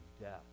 death